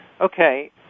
okay